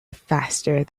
faster